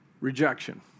rejection